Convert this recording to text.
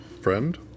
friend